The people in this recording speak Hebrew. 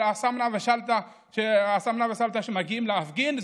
כשכל סולתה ושמנה מגיעים להפגין,